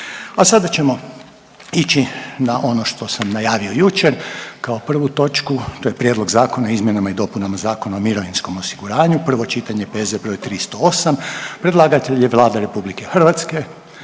A sada ćemo ići na ono što sam najavio jučer, kao prvu točku to je: - Prijedlog zakona o izmjenama i dopunama Zakona o mirovinskom osiguranju, prvo čitanje, P.Z. br. 308. Predlagatelj je Vlada RH na